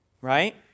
right